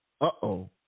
uh-oh